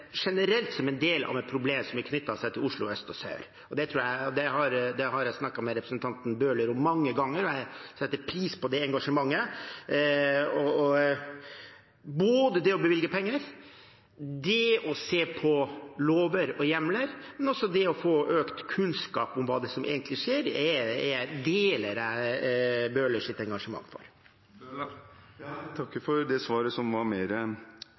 generelt som en del av et problem som er knyttet til Oslo øst og sør. Det har jeg snakket med representanten Bøhler om mange ganger, og jeg setter pris på engasjementet. Både når det gjelder det å bevilge penger, det å se på lover og hjemler og det å få økt kunnskap om hva som egentlig skjer, deler jeg Bøhlers engasjement. Jeg takker for det svaret, som var mer